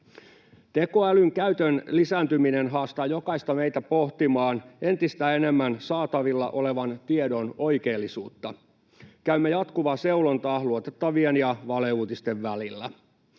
Tekoälyn käytön lisääntyminen haastaa jokaista meitä pohtimaan entistä enemmän saatavilla olevan tiedon oikeellisuutta. Käymme jatkuvaa seulontaa luotettavien ja valeuutisten välillä.